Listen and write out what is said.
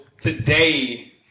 today